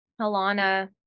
Alana